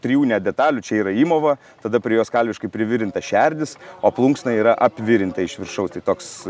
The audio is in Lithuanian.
trijų net detalių čia yra įmova tada prie jos kalviškai privirinta šerdis o plunksna yra apvirinta iš viršaus tai toks